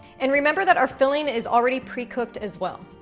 and remember that our filling is already precooked as well.